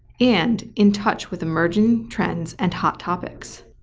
and in touch with emerging trends and hot topics.